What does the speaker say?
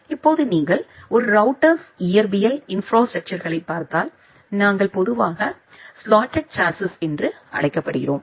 இப்போது நீங்கள் ஒரு ரௌட்டர்ஸ் இயற்பியல் இன்ப்ராஸ்ட்ரக்சர்களை பார்த்தால் நாங்கள் பொதுவாக ஸ்லோட்டெட் சாஸ்ஸிஸ் என்று அழைக்கப்படுகிறோம்